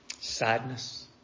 sadness